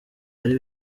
ari